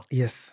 yes